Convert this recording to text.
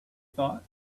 thought